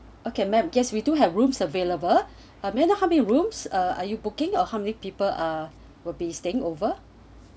okay madam yes we do have rooms available may I know how many rooms uh are you booking or how many people uh will be staying over